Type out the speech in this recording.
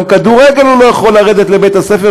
גם לכדורגל הוא לא יכול לרדת לבית-הספר,